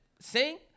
sing